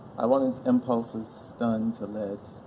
i wanted its impulses stunned to led.